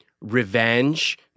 revenge